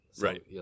right